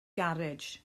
garej